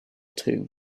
too